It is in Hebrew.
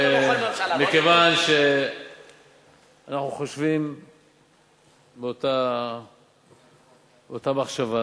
מכיוון שאנחנו חושבים אותה מחשבה,